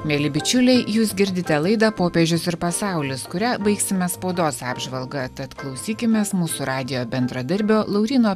mieli bičiuliai jūs girdite laidą popiežius ir pasaulis kurią baigsime spaudos apžvalga tad klausykimės mūsų radijo bendradarbio lauryno